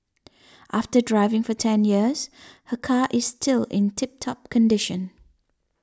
after driving for ten years her car is still in tip top condition